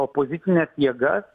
opozicines jėgas